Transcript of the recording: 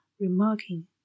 remarking